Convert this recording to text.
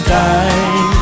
die